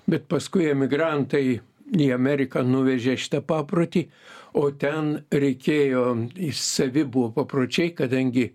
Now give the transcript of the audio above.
bet paskui emigrantai į ameriką nuvežė šitą paprotį o ten reikėjo savi buvo papročiai kadangi